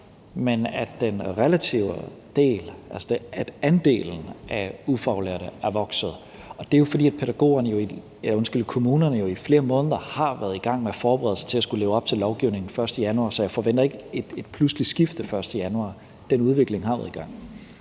del, altså andelen, af ufaglærte er vokset. Og det er jo, fordi kommunerne i flere måneder har været i gang med at forberede sig til at skulle leve op til lovgivningen den 1. januar, så jeg forventer ikke et pludseligt skift den 1. januar; den udvikling har været i gang.